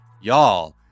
Y'all